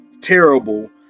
terrible